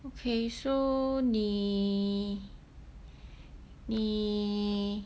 okay so 你